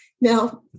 Now